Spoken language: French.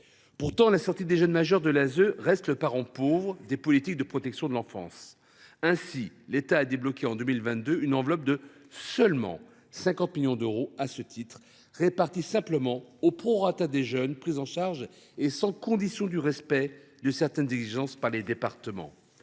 Pourtant, la prise en charge des jeunes majeurs à leur sortie de l’ASE reste le parent pauvre des politiques de protection de l’enfance. Ainsi, l’État a débloqué en 2022 une enveloppe de seulement 50 millions d’euros à ce titre, répartie simplement au prorata des jeunes pris en charge et sans condition de respect de certaines exigences par les départements.